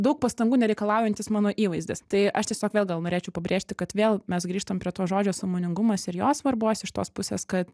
daug pastangų nereikalaujantis mano įvaizdis tai aš tiesiog vėl gal norėčiau pabrėžti kad vėl mes grįžtam prie to žodžio sąmoningumas ir jo svarbos iš tos pusės kad